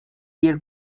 year